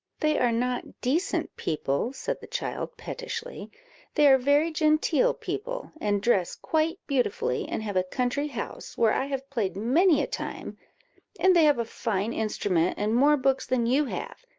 they are not decent people, said the child, pettishly they are very genteel people, and dress quite beautifully, and have a country-house, where i have played many a time and they have a fine instrument, and more books than you have,